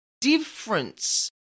difference